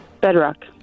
Bedrock